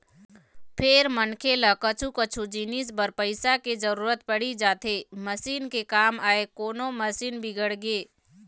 फेर मनखे ल कछु कछु जिनिस बर पइसा के जरुरत पड़ी जाथे मसीन के काम आय कोनो मशीन बिगड़गे